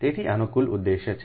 તેથી આનો કુલ ઉદ્દેશ છે